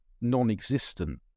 non-existent